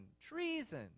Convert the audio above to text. treason